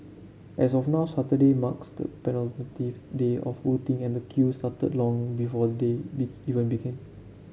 as of now Saturday marks the day of voting and queue started long before the day be even began